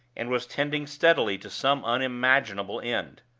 and was tending steadily to some unimaginable end.